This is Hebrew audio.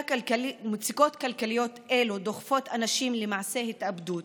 מצוקות כלכליות אלה דוחפות אנשים למעשי התאבדות,